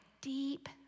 deep